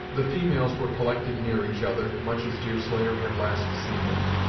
the females were collected near each other, much as deerslayer had last seen them,